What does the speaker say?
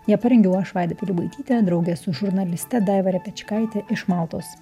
ją parengiau aš vaida pilibaitytė drauge su žurnaliste daiva repečkaitė iš maltos